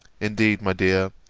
indeed, my dear,